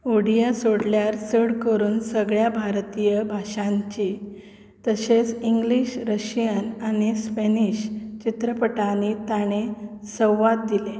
ओडिया सोडल्यार चड करून सगळ्या भारतीय भाशांची तशेंच इंग्लीश रशियन आनी स्पॅनीश चित्रपटांनी ताणें संवाद दिले